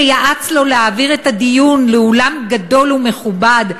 שיעץ לו להעביר את הדיון לאולם גדול ומכובד,